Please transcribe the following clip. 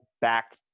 back